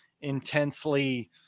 intensely